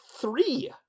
three